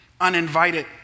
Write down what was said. uninvited